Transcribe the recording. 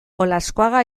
olaskoaga